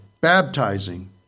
baptizing